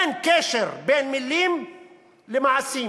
אין קשר בין מילים למעשים.